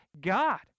god